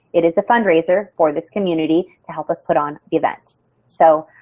it is a fundraiser for this community to help us put on event. so